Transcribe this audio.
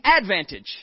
advantage